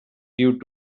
due